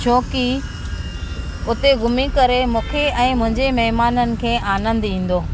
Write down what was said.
छो की उते घुमी करे मूंखे ऐं मुंहिंजे महिमाननि खे आनंदु ईंदो